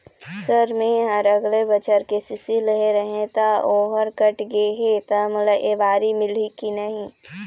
Sir मेहर अगले बछर के.सी.सी लेहे रहें ता ओहर कट गे हे ता मोला एबारी मिलही की नहीं?